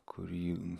kuri jį